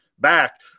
back